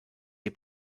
sie